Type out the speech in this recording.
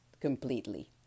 completely